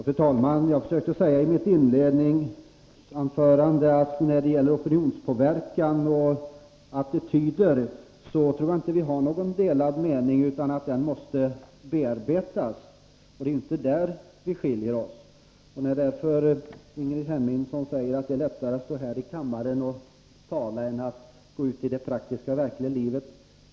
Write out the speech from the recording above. Fru talman! Jag försökte säga i mitt inledningsanförande att när det gäller opinionspåverkan och attityder tror jag inte det råder några delade meningar — det måste ske en bearbetning här. Det är inte på denna punkt som vi skiljer OSS. Ingrid Hemmingsson säger att det är lättare att stå här i kammaren och tala än att gå ut i det praktiska, verkliga livet.